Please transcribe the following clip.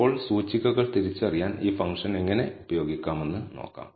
ഇപ്പോൾ സൂചികകൾ തിരിച്ചറിയാൻ ഈ ഫംഗ്ഷൻ എങ്ങനെ ഉപയോഗിക്കാമെന്ന് നോക്കാം